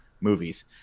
movies